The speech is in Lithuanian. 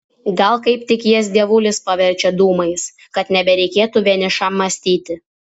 gal kaip tik jas dievulis paverčia dūmais kad nebereikėtų vienišam mąstyti